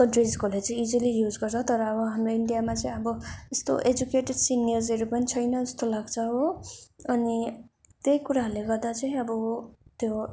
कन्ट्रिसकोहरूले चाहिँ easily use गर्छ तर अब हाम्रो इन्डियामा चाहिँ अब त्यस्तो एजुकेटेड सिनियर्सहरू पनि छैन जस्तो लाग्छ हो अनि त्यही कुराहरूले गर्दा चाहिँ अब त्यो